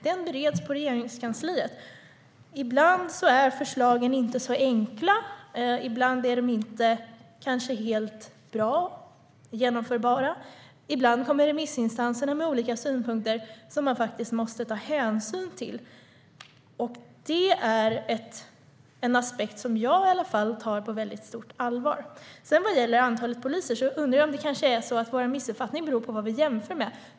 Den bereds i Regeringskansliet. Ibland är förslagen inte så enkla. Ibland är de inte helt bra och genomförbara. Ibland kommer remissinstanserna med olika synpunkter som man måste ta hänsyn till. Detta är en aspekt som jag tar på stort allvar. Vad gäller antalet poliser undrar jag om vår missuppfattning kanske beror på vad vi jämför med.